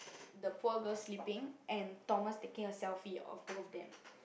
the poor girl sleeping and Thomas taking a selfie of both of them